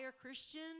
Christian